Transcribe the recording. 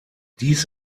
dies